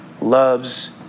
loves